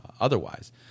otherwise